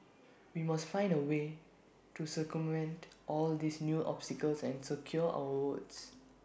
we must find A way to circumvent all these new obstacles and secure our votes